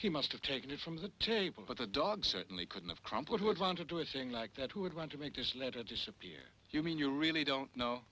he must have taken it from the table but the dog certainly couldn't of complet would want to do a thing like that who would want to make this letter disappear you mean you really don't know